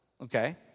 Okay